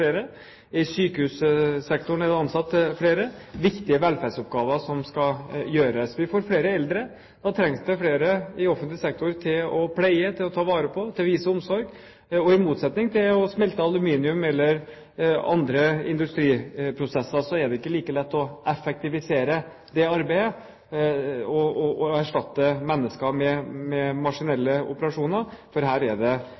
flere. I sykehussektoren er det ansatt flere – viktige velferdsoppgaver som skal gjøres. Vi får flere eldre, og da trengs det flere i offentlig sektor til å pleie, til å ta vare på, til å vise omsorg, og i motsetning til å smelte aluminium, eller andre industriprosesser, er det ikke like lett å effektivisere det arbeidet og erstatte mennesker med maskinelle operasjoner. For her er det